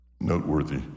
noteworthy